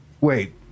Wait